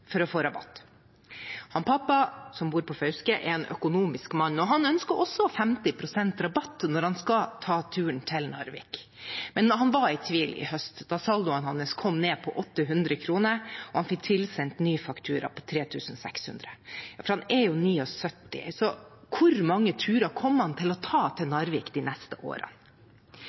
for å få rabatt. Pappa, som bor på Fauske, er en økonomisk mann, og han ønsker også 50 pst. rabatt når han skal ta turen til Narvik. Men han var i tvil i høst da saldoen hans kom ned på 800 kr, og han fikk tilsendt ny faktura på 3 600 kr. For han er jo 79 år, så hvor mange turer kom han til å ta til Narvik de neste årene?